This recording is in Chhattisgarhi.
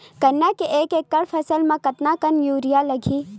गन्ना के एक एकड़ फसल बर कतका कन यूरिया लगही?